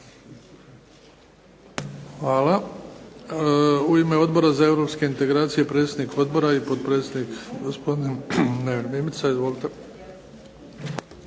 Hvala. U ime Odbora za europske integracije, predsjednik odbora i potpredsjednik gospodin Neven Mimica. Izvolite.